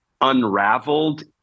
unraveled